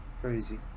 Crazy